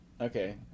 Okay